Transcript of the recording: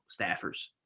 staffers